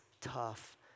tough